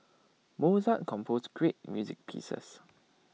Mozart composed great music pieces